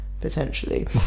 Potentially